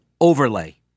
overlay